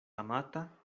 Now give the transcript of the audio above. amata